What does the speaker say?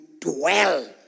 dwell